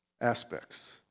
aspects